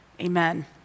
amen